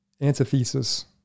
antithesis